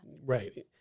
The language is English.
Right